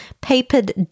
papered